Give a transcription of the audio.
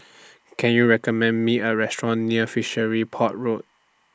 Can YOU recommend Me A Restaurant near Fishery Port Road